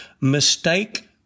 mistake